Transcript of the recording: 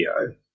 video